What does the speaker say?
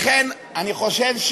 לכן אני חושב,